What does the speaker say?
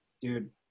Dude